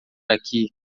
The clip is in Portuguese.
aqui